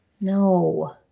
No